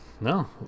No